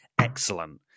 excellent